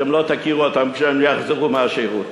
אתם לא תכירו אותם כשהם יחזרו מהשירות.